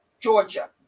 Georgia